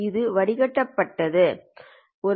இது வடிகட்டப்பட்டது செய்யப்பட வேண்டும்